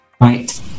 Right